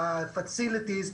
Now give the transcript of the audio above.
ב-Facilities.